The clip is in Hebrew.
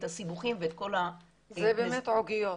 את הסיבוכים ואת- -- זה באמת עוגיות.